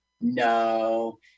No